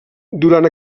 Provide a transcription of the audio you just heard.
durant